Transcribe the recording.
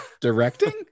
directing